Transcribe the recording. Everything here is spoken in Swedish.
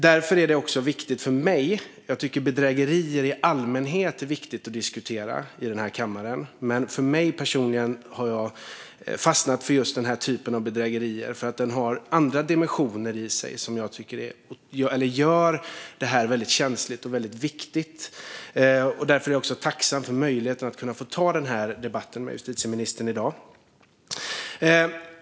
Därför är detta viktigt för mig. Jag tycker att bedrägerier i allmänhet är viktigt att diskutera här i kammaren, men jag personligen har fastnat för just denna typ av bedrägerier därför att den har andra dimensioner som gör detta känsligt och viktigt. Därför är jag tacksam för möjligheten att ta denna debatt med justitieministern i dag.